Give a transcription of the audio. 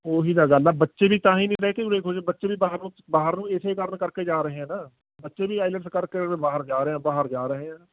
ਉਹੀ ਤਾਂ ਗੱਲ ਆ ਬੱਚੇ ਵੀ ਤਾਂ ਹੀ ਨਹੀਂ ਰਹਿ ਕੇ ਉਰੇ ਖੁਸ਼ ਬੱਚੇ ਵੀ ਬਾਹਰ ਨੂੰ ਬਾਹਰ ਨੂੰ ਇਸੇ ਕਾਰਨ ਕਰਕੇ ਜਾ ਰਹੇ ਆ ਨਾ ਬੱਚੇ ਵੀ ਆਈਲੈਟਸ ਕਰਕੇ ਬਾਹਰ ਜਾ ਰਹੇ ਬਾਹਰ ਜਾ ਰਹੇ ਆ